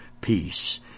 peace